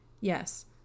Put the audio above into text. Yes